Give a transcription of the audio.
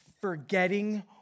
forgetting